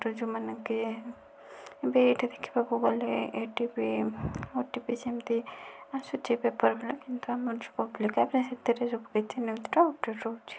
ଯେଉଁମାନେ କି ଏବେ ଏଇଠି ଦେଖିବାକୁ ଗଲେ ଏଠି ବି ଓଟିଭି ସେମତି ଆସୁଛି ସେଥିରେ ସବୁ କିଛି ନ୍ଯୁଜର